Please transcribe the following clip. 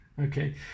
okay